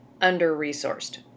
under-resourced